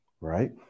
right